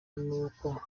n’uko